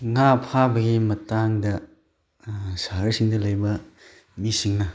ꯉꯥ ꯐꯥꯕꯒꯤ ꯃꯇꯥꯡꯗ ꯁꯍꯔꯁꯤꯡꯗ ꯂꯩꯕ ꯃꯤꯁꯤꯡꯅ